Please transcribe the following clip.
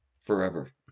Forever